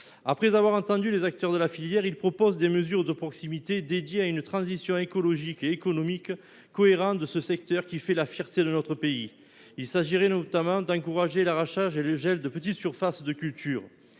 après avoir entendu les acteurs de la filière, des mesures de proximité dédiées à une transition écologique et économique cohérente de ce secteur, qui fait la fierté de notre pays. Il s'agirait, notamment, d'encourager l'arrachage et le gel de petites surfaces de culture.